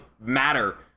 matter